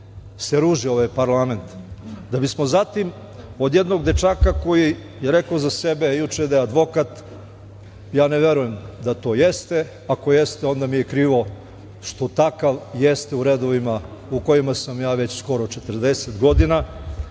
se ruži ovaj parlament. Da bismo zatim od jednog dečaka koji je rekao za sebe juče da je advokat, ja ne verujem da to jeste, ako jeste, onda mi je krivo što takav jeste u redovima u kojima sam ja već skoro 40 godina,